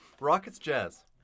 Rockets-Jazz